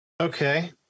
Okay